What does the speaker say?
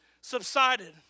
subsided